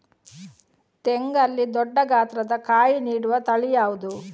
ತೆಂಗಲ್ಲಿ ದೊಡ್ಡ ಗಾತ್ರದ ಕಾಯಿ ನೀಡುವ ತಳಿ ಯಾವುದು?